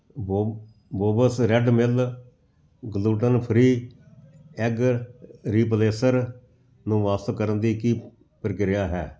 ਬੌ Bob's red mill gluten free egg replacer ਨੂੰ ਵਾਪਸ ਕਰਨ ਦੀ ਕੀ ਪ੍ਰਕਿਰਿਆ ਹੈ